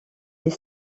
les